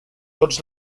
tots